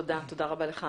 תודה רבה לך.